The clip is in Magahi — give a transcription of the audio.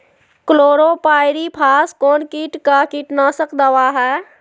क्लोरोपाइरीफास कौन किट का कीटनाशक दवा है?